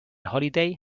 holliday